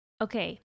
Okay